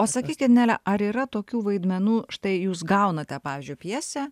o sakykit nele ar yra tokių vaidmenų štai jūs gaunate pavyzdžiui pjesę